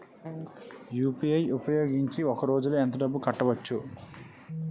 UPI ఉపయోగించి ఒక రోజులో ఎంత డబ్బులు కట్టవచ్చు?